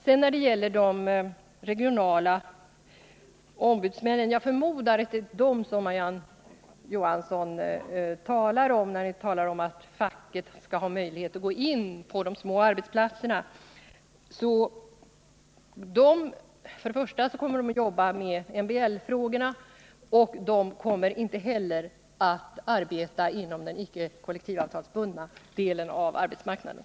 De regionala ombudsmännen — jag förmodar att det är dem som Marie-Ann Johansson talar om när det gäller fackets möjligheter att gå in på de små arbetsplatserna — kommer att jobba med MBL-frågorna. Men inte heller de kommer att arbeta inom den icke kollektivavtalsbundna delen av arbetsmarknaden.